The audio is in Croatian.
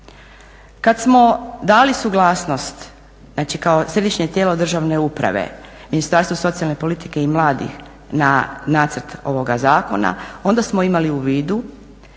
Kad smo dali suglasnost, znači kao Središnje tijelo državne uprave Ministarstvo socijalne politike i mladih na nacrt ovoga zakona onda smo imali u vidu